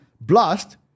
Blast